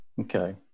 Okay